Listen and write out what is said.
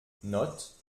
note